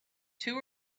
two